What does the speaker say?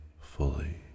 fully